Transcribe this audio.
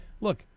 Look